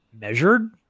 measured